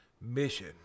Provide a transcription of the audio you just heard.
mission